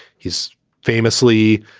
he's famously,